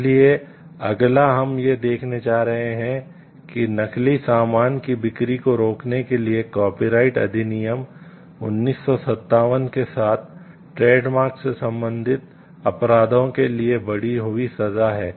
इसलिए अगला हम यह देखने जा रहे हैं कि नकली सामान की बिक्री को रोकने के लिए कॉपीराइट अधिनियम 1957 के साथ ट्रेडमार्क से संबंधित अपराधों के लिए बढ़ी हुई सजा है